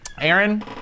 Aaron